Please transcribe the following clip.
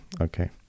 Okay